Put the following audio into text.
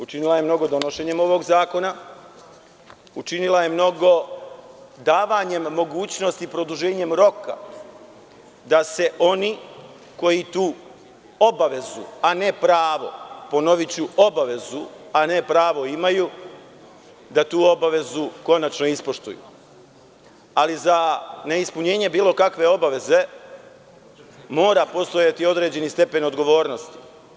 Učinila je mnogo donošenjem ovog zakona, učinila je mnogo davanjem mogućnosti produženjem roka da se oni koji tu obavezu, a ne pravo, ponoviću obavezu, a ne pravo imaju, da tu obavezu konačno ispoštuju, ali, za neispunjenje bilo kakve obaveze mora postojati određeni stepen odgovornosti.